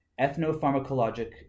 Ethnopharmacologic